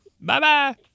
Bye-bye